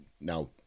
now